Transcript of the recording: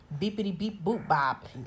beepity-beep-boop-bop